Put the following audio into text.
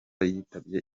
yitabye